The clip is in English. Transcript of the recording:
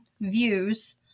views